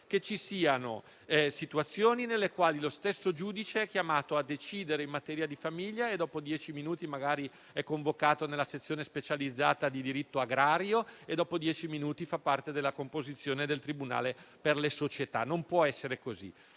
che ci siano situazioni nelle quali lo stesso giudice sia chiamato a decidere in materia di famiglia e dopo dieci minuti magari sia convocato nella sezione specializzata di diritto agrario e dopo dieci minuti ancora faccia parte della composizione del tribunale per le società. Non può essere così.